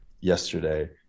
yesterday